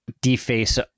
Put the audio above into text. deface